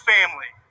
Family